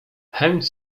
chęć